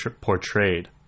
portrayed